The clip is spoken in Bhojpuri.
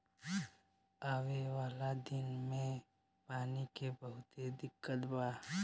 आवे वाला दिन मे पानी के बहुते दिक्कत बा